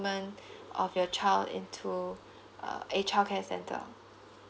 enrollment of your child into uh a childcare center